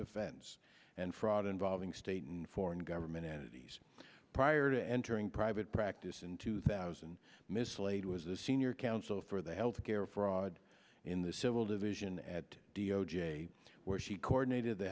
defense and fraud involving state and foreign government entities prior to entering private practice in two thousand and mislaid was a senior counsel for the health care fraud in the civil division at d o j where she coordinated the